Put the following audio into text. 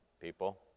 people